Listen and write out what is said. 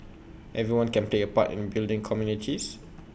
everyone can play A part in building communities